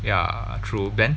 ya true but then